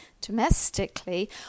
domestically